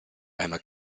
einmal